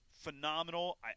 phenomenal